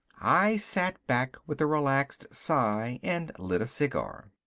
i sat back with a relaxed sigh and lit a cigar.